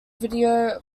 video